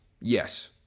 Yes